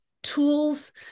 tools